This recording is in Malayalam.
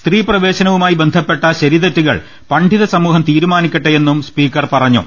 സ്ത്രീ പ്രവേശനവുമായി ബന്ധപ്പെട്ട ശരി തെറ്റു കൾ പണ്ഡിതസമൂഹം തീരുമാനിക്കട്ടെയെന്നും സ്പീക്കർ പറഞ്ഞു